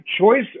choice